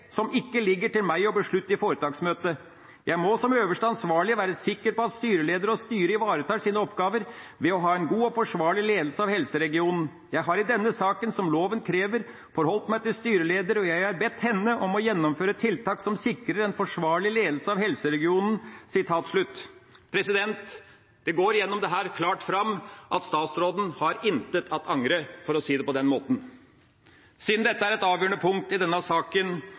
som ikke ligger til meg å beslutte i foretaksmøtet. Jeg må som øverste ansvarlig være sikker på at styreleder og styret ivaretar sine oppgaver ved å ha en god og forsvarlig ledelse av helseregionen. Jeg har i denne saken, som loven krever, forholdt meg til styreleder, og jeg har bedt henne om å gjennomføre tiltak som sikrer en forsvarlig ledelse av helseregionen.» Det går gjennom dette klart fram at statsråden har intet at angre, for å si det på den måten. Siden dette er et avgjørende punkt i denne saken